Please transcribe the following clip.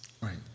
Right